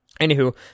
Anywho